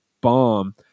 bomb